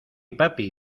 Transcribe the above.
papi